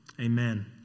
Amen